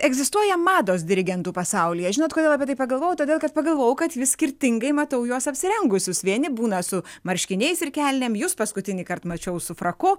egzistuoja mados dirigentų pasaulyje žinot kodėl apie tai pagalvojau todėl kad pagalvojau kad vis skirtingai matau juos apsirengusius vieni būna su marškiniais ir kelnėm jus paskutinįkart mačiau su fraku